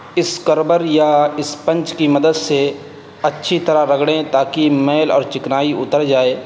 scrubber یا sponge کی مدد سے اچّھی طرح رگڑیں تا کہ میل اور چکنائی اتر جائے